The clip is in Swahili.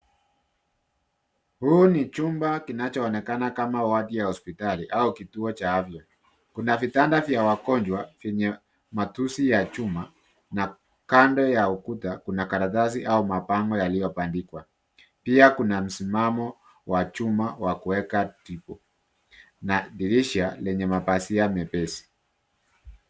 Huu ni chumba kinachoonekana kama wodi ya hospitali au kituo cha afya. Kuna vitanda vya wagonjwa vyenye matusi ya chuma, na kando ya ukuta kuna karatasi au mapambo yaliyobandikwa. Pia kuna msimamo wa chuma wa kuweka dripu na dirisha lenye mapazia mepesi.